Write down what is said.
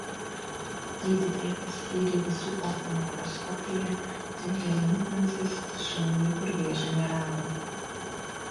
gydytoja paskyrė visų organų echoskopiją tyrė limfmazgius tačiau niekur vėžio nerado